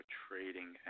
trading